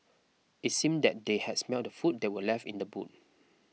it seemed that they had smelt the food that were left in the boot